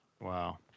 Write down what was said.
wow